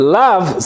love